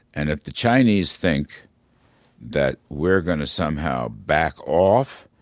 and if the chinese think that we're going to somehow back off,